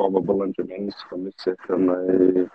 kovo balandžio mėnesį komisija tenai